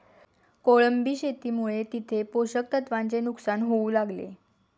कोळंबी शेतीमुळे तिथे पोषक तत्वांचे नुकसान होऊ लागले